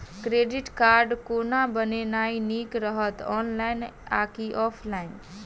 Credit card कोना बनेनाय नीक रहत? ऑनलाइन आ की ऑफलाइन?